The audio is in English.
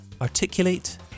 articulate